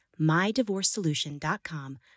MyDivorceSolution.com